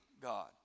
God